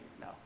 no